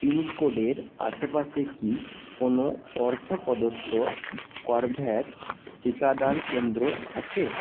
পিনকোডের আশেপাশে কি কোনও অর্থ প্রদত্ত করভ্যাক্স টিকাদান কেন্দ্র আছে